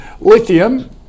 lithium